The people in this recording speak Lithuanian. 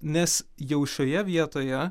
nes jau šioje vietoje